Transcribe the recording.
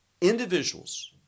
individuals